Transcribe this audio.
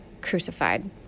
crucified